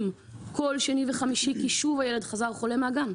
להם כל שני וחמישי כי שוב הילד חזר חולה מהגן.